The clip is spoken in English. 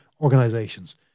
organizations